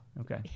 Okay